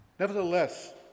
Nevertheless